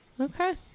Okay